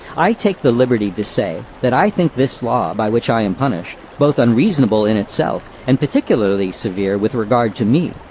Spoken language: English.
i take the liberty to say, that i think this law, by which i am punished, both unreasonable in itself, and particularly severe with regard to me.